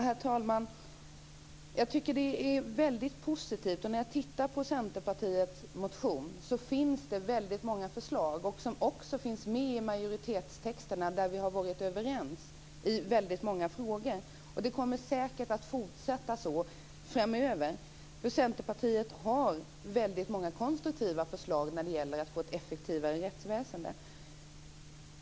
Herr talman! Jag tycker att det är mycket som är positivt. I Centerpartiets motion finns det många förslag som också finns med i majoritetstexten. Vi har varit överens i väldigt många frågor. Det kommer säkert att fortsätta så framöver, för Centerpartiet har många konstruktiva förslag när det gäller att få ett effektivare rättsväsende.